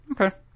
Okay